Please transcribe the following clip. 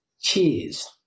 Cheers